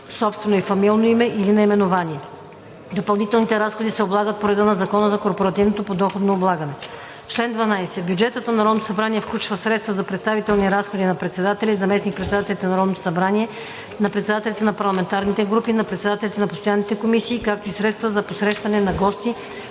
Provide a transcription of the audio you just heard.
(собствено и фамилно име или наименование). Допълнителните разходи се облагат по реда на Закона за корпоративното подоходно облагане. Чл. 12. Бюджетът на Народното събрание включва средства за представителни разходи на председателя и заместник-председателите на Народното събрание, на председателите на парламентарните групи, на председателите на постоянните комисии, както и средства за посрещане на гости,